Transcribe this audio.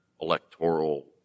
electoral